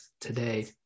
today